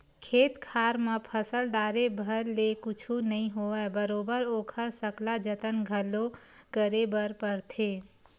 खेत खार म फसल डाले भर ले कुछु नइ होवय बरोबर ओखर सकला जतन घलो करे बर परथे